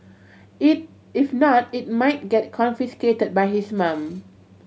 if not it might get confiscated by his mum